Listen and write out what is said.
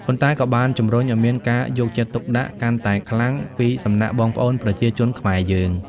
ប៉ុន្តែក៏បានជំរុញឲ្យមានការយកចិត្តទុកដាក់កាន់តែខ្លាំងពីសំណាក់បងប្អូនប្រជាជនខ្មែរយើង។